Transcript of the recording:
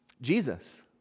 Jesus